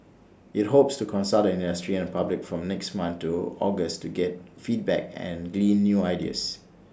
IT hopes to consult the industry and public from next month to August to get feedback and glean new ideas